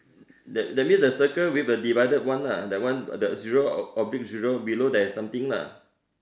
that that means the circle with a divided one lah that one the zero oblique zero below there's something lah